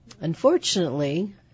unfortunately